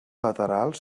laterals